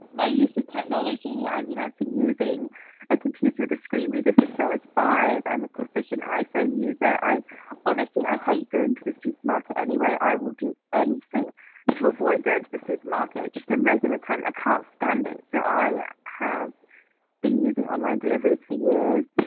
my use of technology, i mean i've been using a computer with a screen reader since i was five, i'm a proficient iphone user. i honestly i hate going to the supermarket anyway, i will do anything to avoid going to the supermarket just in regular times, i can't stand it. so, i have been using online deliveries for years.